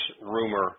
rumor